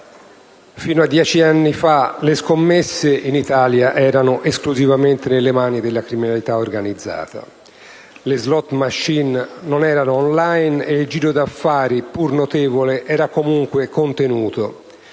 sino a dieci anni fa le scommesse in Italia erano esclusivamente nelle mani della criminalità organizzata. Le *slot machine* non erano *online* e il giro d'affari, pur notevole, era comunque contenuto.